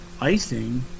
icing